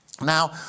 Now